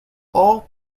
all